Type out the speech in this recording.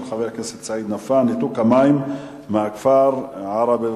של חבר הכנסת סעיד נפאע: ניתוק המים לכפר ערב-אלרמאדין.